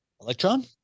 Electron